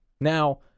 Now